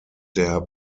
der